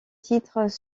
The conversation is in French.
titres